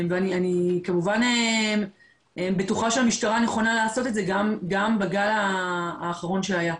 אני בטוחה שהמשטרה נכונה לעשות את זה גם בגל האחרון שהיה.